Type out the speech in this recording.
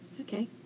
Okay